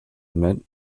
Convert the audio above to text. admit